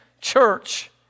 church